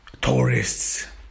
tourists